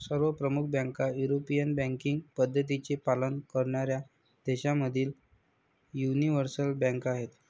सर्व प्रमुख बँका युरोपियन बँकिंग पद्धतींचे पालन करणाऱ्या देशांमधील यूनिवर्सल बँका आहेत